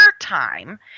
time